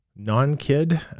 non-kid